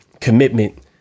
commitment